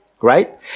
right